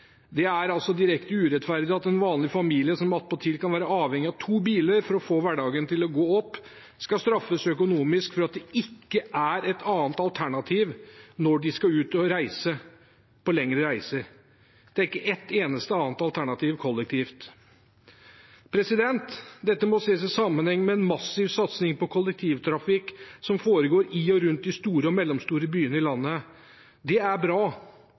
Det er direkte urettferdig at en vanlig familie, som attpåtil kan være avhengig av to biler for å få hverdagen til å gå opp, skal straffes økonomisk for at det ikke er et annet alternativ når de skal ut på lengre reiser. Det er ikke ett eneste kollektivt alternativ. Dette må ses i sammenheng med den massive satsingen på kollektivtrafikk som foregår i og rundt de store og mellomstore byene i landet. Det er bra,